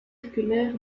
circulaire